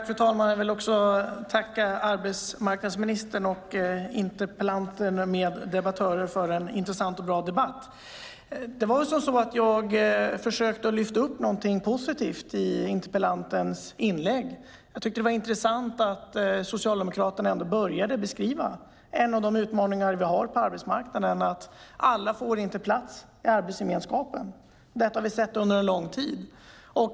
Fru talman! Jag vill också tacka arbetsmarknadsministern, interpellanten och övriga debattörer för en intressant och bra debatt. Jag försökte lyfta fram något positivt i interpellantens inlägg. Jag tyckte att det var intressant att Socialdemokraterna ändå började beskriva en av de utmaningar som vi har på arbetsmarknaden med att alla inte får plats i arbetsgemenskapen. Detta har vi sett under en lång tid.